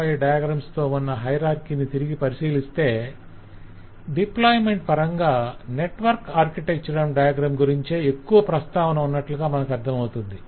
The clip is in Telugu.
5 డయాగ్రమ్స్ తో ఉన్న హాయరార్కిని తిరిగి పరిశీలిస్తే డిప్లాయిమెంట్ పరంగా నెట్వర్క్ ఆర్కిటెక్చర్ డయాగ్రం గురించే ఎక్కువ ప్రస్తావాన ఉన్నట్లుగా మనకు అర్ధమవుతుంది